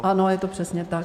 Ano, je to přesně tak.